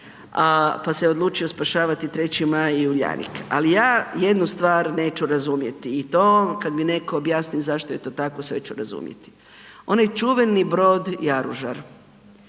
pa se odlučio spašavati 3. maj i Uljanik, ali ja jednu stvar neću razumjeti i to kad mi netko objasni zašto je to tako, sve ću razumjeti. Onaj čuveni brod Jaružar,